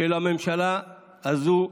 של הממשלה הזו,